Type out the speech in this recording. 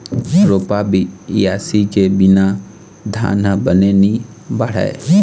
रोपा, बियासी के बिना धान ह बने नी बाढ़य